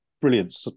Brilliant